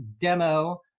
demo